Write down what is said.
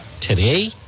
today